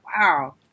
wow